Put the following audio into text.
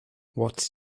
what